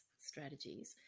strategies